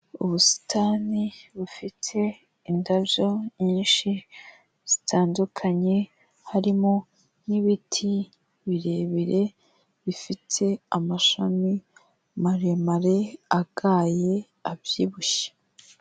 Ubusitani bufite indabyo nyinshi zitandukanye harimo n'ibiti birebire bifite amashami maremare agaye, abyibushye.